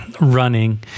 running